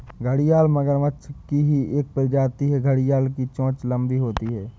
घड़ियाल मगरमच्छ की ही एक प्रजाति है घड़ियाल की चोंच लंबी होती है